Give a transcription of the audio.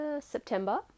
September